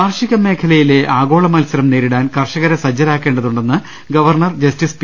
കാർഷിക മേഖലയിലെ ആഗോള മത്സരം നേരിടാൻ കർഷകരെ സജ്ജരാക്കേണ്ട തുണ്ടെന്ന് ഗവർണർ ജസ്റ്റിസ് പി